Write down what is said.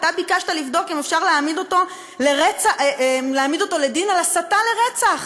אתה ביקשת לבדוק אם אפשר להעמיד אותו לדין על הסתה לרצח,